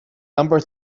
number